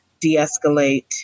de-escalate